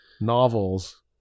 novels